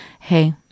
hey